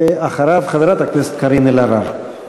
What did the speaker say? אחריו, חברת הכנסת קארין אלהרר.